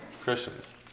Christians